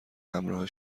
همراه